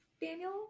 daniel